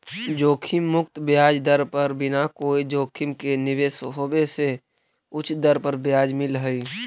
जोखिम मुक्त ब्याज दर पर बिना कोई जोखिम के निवेश होवे से उच्च दर पर ब्याज मिलऽ हई